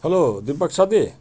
hello Deepak साथी